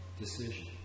decision